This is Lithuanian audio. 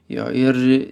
jo ir